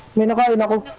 november